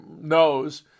knows